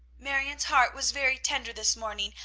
marion's heart was very tender this morning,